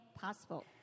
possible